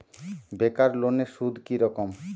বেকার লোনের সুদ কি রকম?